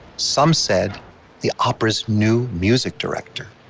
some said the opera's new music director.